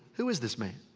who is this man?